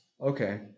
Okay